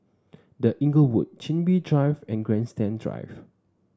The Inglewood Chin Bee Drive and Grandstand Drive